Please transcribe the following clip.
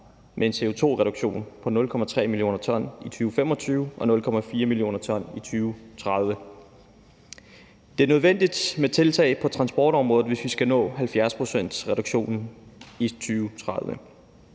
med en CO2-reduktion på 0,3 mio. t i 2025 og 0,4 mio. t i 2030. Det er nødvendigt med tiltag på transportområdet, hvis vi skal nå 70-procentsreduktionen i 2030